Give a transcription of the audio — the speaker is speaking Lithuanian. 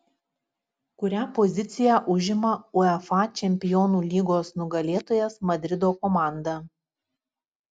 kurią poziciją užima uefa čempionų lygos nugalėtojas madrido komanda